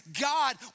God